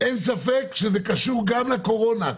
אין ספק שזה קשור גם לקורונה,